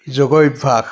যোগ অভ্যাস